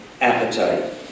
appetite